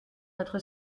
notre